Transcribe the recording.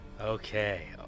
Okay